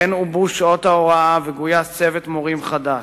כמו כן עובו שעות ההוראה וגויס צוות מורים חדש.